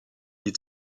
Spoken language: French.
est